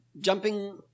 jumping